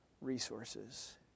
resources